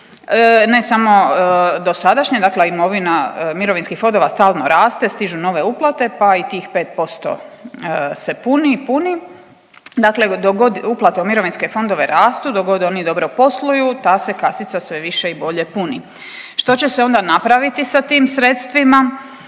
Ne samo dosadašnja, dakle mirovinskih fondova stalno raste, stižu nove uplate pa i tih 5% se puni i puni, dakle dok god uplate u mirovinske fondove rastu, dok god oni dobro posluju ta se kasica sve više i bolje puni. Što će se onda napraviti sa tim sredstvima?